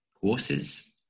courses